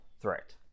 threat